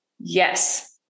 Yes